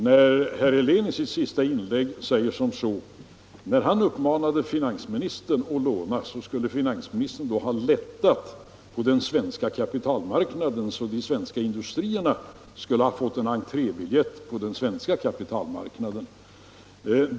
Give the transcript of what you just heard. Herr Helén sade i sitt senaste inlägg att när han uppmanade finansministern att låna skulle finansministern ha lättat på den svenska kapitalmarknaden, så att de svenska industrierna hade fått entrébiljett dit.